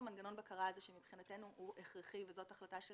מנגנון הבקרה הזה הוא הכרחי וזאת החלטה של